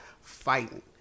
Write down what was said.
fighting